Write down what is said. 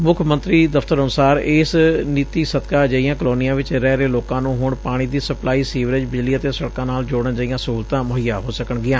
ਮੁੱਖ ਮੰਤਰੀ ਦਫ਼ਤਰ ਅਨੁਸਾਰ ਇਸ ਨੀਤੀ ਸਦਕਾ ਅਜਿਹੀਆਂ ਕਾਲੋਨੀਆਂ ਵਿਚ ਹਿ ਰਹੇ ਲੋਕਾਂ ਨੂੰ ਹੁਣ ਪਾਣੀ ਦੀ ਸਪਲਾਈ ਸੀਵਰੇਜ ਬਿਜਲੀ ਅਤੇ ਸੜਕਾਂ ਨਾਲ ਜੋੜਨ ਜਹੀਆਂ ਸਹੁਲਤਾਂ ਮੁਹੱਈਆ ਹੋ ਸਕਣਗੀਆਂ